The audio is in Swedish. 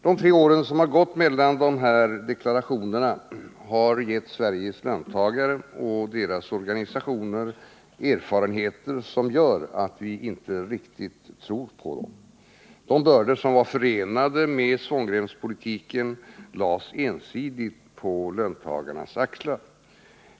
De tre år som har gått mellan de här deklarationerna har gett Sveriges löntagare och deras organisationer erfarenheter som gör att vi inte riktigt tror på dem. De bördor som var förenade med svångremspolitiken lades ensidigt på löntagarnas axlar.